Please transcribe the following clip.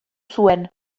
zuen